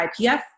ipf